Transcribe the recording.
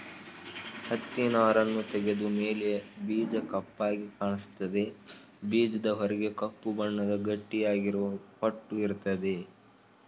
ಹತ್ತಿನಾರನ್ನು ತೆಗೆದ ಮೇಲೆ ಬೀಜ ಕಪ್ಪಾಗಿ ಕಾಣಿಸ್ತದೆ ಬೀಜದ ಹೊರಗೆ ಕಪ್ಪು ಬಣ್ಣದ ಗಟ್ಟಿಯಾಗಿರುವ ಹೊಟ್ಟು ಇರ್ತದೆ